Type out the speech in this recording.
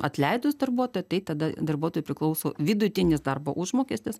atleidus darbuotoją tai tada darbuotojui priklauso vidutinis darbo užmokestis